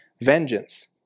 vengeance